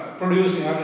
producing